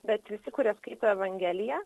bet visi kurie skaito evangeliją